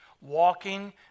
walking